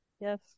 Yes